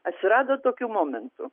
atsirado tokių momentų